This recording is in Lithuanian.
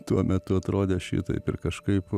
tuo metu atrodė šitaip ir kažkaip